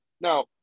now